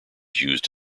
used